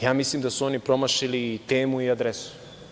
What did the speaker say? Ja mislim da su oni promašili i temu i adresu.